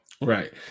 right